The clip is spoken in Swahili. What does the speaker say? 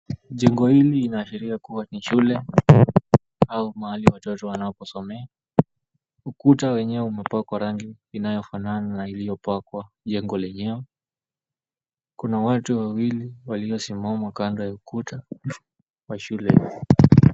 Jengo hili linaashiria kuwa ni shule au mahali watoto wanaposomea. Ukuta wenyewe umepakwa rangi inayofanana na iliopakwa jengo lenyewe. Kuna watu wawili waliosimama kando ya ukuta wa shule.